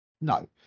No